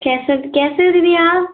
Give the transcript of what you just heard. कैसे हो दीदी आप